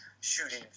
shooting